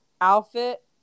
outfit